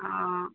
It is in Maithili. हँ